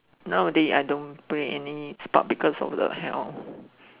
nowadays I don't play any sport because of the health